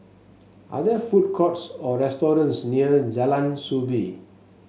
are there food courts or restaurants near Jalan Soo Bee